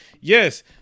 Yes